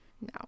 no